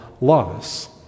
loss